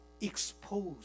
exposed